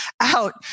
out